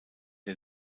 der